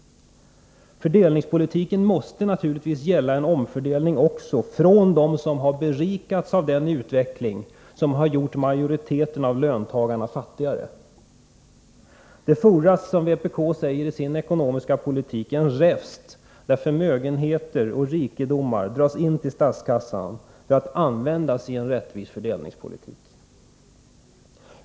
Fördelningspolitiken måste naturligtvis gälla en omfördelning också från dem som har berikats av den utveckling som har gjort majoriteten av löntagarna fattigare. Det fordras, som vpk säger i sin ekonomisk-politiska motion, en räfst, där förmögenheter och rikedomar dras in till statskassan för att användas i en rättvis fördelningspolitik.